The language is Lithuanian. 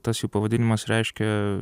tas jų pavadinimas reiškia